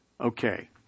Okay